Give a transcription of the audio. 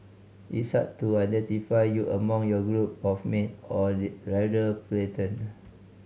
it's hard to identify you among your group of mate or rather platoon